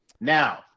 Now